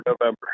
november